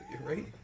right